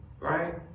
right